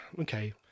okay